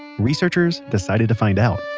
researchers decided to find out